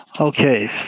Okay